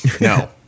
No